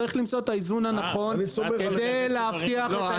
צריך למצוא את האיזון הנכון כדי להבטיח את הייצור המקומי.